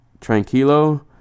Tranquilo